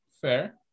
fair